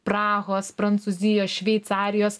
prahos prancūzijos šveicarijos